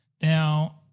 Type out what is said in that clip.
Now